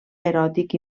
eròtic